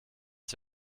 ich